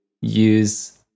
use